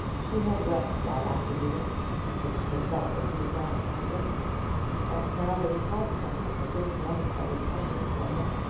she had wept that afternoon because she had thought that he would not come again and now that he had come at the first moment that was possible for him,